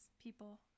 people